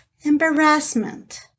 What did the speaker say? embarrassment